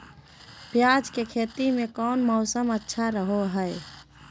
प्याज के खेती में कौन मौसम अच्छा रहा हय?